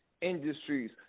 Industries